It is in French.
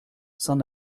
saint